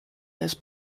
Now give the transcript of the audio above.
this